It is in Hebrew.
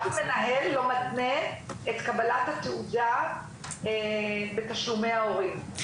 כי אף מנהל לא מתנה את קבלת התעודה בתשלומי ההורים,